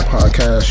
Podcast